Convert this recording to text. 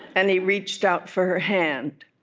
and he reached out for her hand